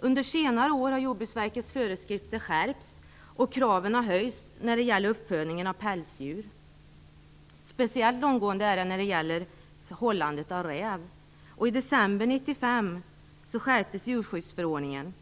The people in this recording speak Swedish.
Under senare år har Jordbruksverkets föreskrifter skärpts, och kraven för uppfödning av pälsdjur har höjts. Speciellt långtgående är kraven för hållandet av räv. I december 1995 skärptes djurskyddsförordningen.